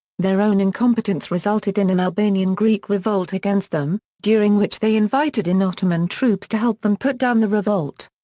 their own incompetence resulted in an albanian-greek revolt against them, during which they invited in ottoman troops to help them put down the revolt.